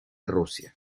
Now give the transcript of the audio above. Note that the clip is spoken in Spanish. rusia